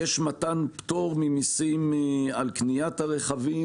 יש מתן פטור ממסים על קניית הרכבים